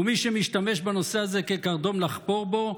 ומי שמשתמש בנושא הזה כקרדום לחפור בו,